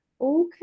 Okay